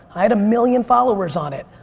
i had a million followers on it.